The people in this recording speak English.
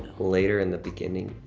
later in the beginning?